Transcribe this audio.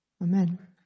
Amen